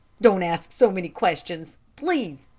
don't ask so many questions, please,